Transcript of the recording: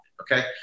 okay